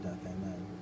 Amen